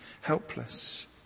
helpless